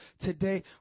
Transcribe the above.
today